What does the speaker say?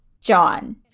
John